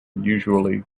usually